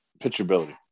Pitchability